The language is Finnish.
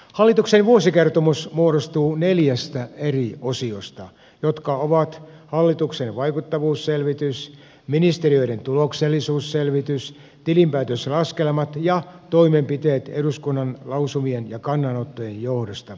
hallituksen vuosikertomus muodostuu neljästä eri osiosta jotka ovat hallituksen vaikuttavuusselvitys ministeriöiden tuloksellisuusselvitys tilinpäätöslaskelmat ja toimenpiteet eduskunnan lausumien ja kannanottojen johdosta